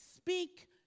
Speak